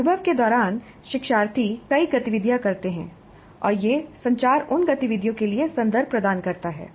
अनुभव के दौरान शिक्षार्थी कई गतिविधियाँ करते हैं और यह संचार उन गतिविधियों के लिए संदर्भ प्रदान करता है